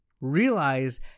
Realize